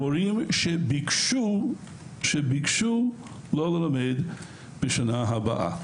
על מורים שביקשו לא ללמד בשנה הבאה.